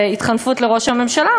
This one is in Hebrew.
בהתחנפות לראש הממשלה,